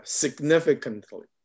significantly